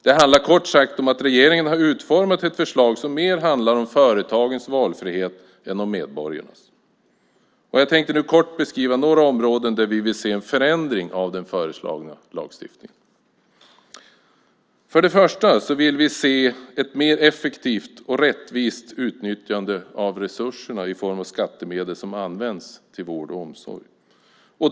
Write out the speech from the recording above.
Det handlar kort sagt om att regeringen har utformat ett förslag som mer handlar om företagens valfrihet än om medborgarnas. Jag tänkte nu kort beskriva några områden där vi vill se en förändring av den föreslagna lagstiftningen. Först och främst vill vi se ett mer effektivt och rättvist utnyttjande av resurserna i form av skattemedel som används till vård och omsorg.